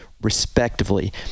respectively